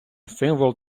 символ